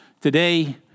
today